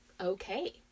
okay